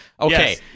Okay